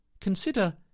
consider